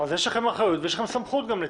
יש לכם אחריות ולצדה יש לכם גם סמכות.